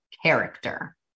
character